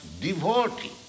devotee